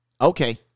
Okay